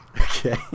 Okay